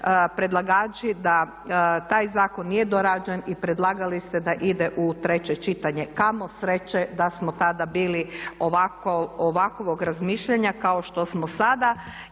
predlagači da taj zakon nije dorađen i predlagali ste da ide u treće čitanje. Kamo sreće da smo tada bili ovakvog razmišljanja kao što smo sada.